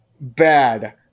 bad